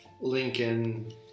lincoln